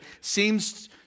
seems